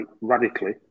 radically